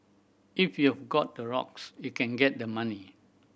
if you've got the rocks you can get the money